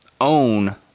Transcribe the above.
own